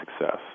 success